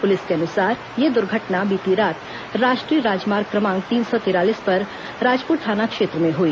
police के अनुसार यह द्र्घटना बीती रात राष्ट्रीय राजमार्ग क्रमांक तीन सौ तिरालीस पर राजपुर थाना क्षेत्र में हुई